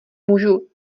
můžu